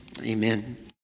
Amen